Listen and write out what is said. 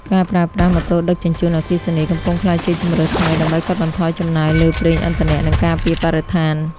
ការប្រើប្រាស់ "ម៉ូតូដឹកជញ្ជូនអគ្គិសនី" កំពុងក្លាយជាជម្រើសថ្មីដើម្បីកាត់បន្ថយចំណាយលើប្រេងឥន្ធនៈ និងការពារបរិស្ថាន។